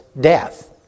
death